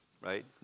right